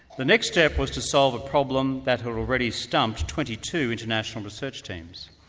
the next step was to solve a problem that had already stumped twenty two international research teams,